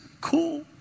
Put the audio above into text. Cool